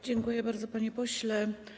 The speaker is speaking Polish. Dziękuję bardzo, panie pośle.